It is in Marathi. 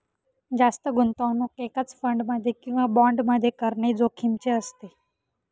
जास्त गुंतवणूक एकाच फंड मध्ये किंवा बॉण्ड मध्ये करणे जोखिमीचे असते